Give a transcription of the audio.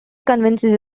convinces